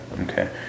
Okay